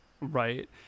Right